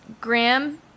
Graham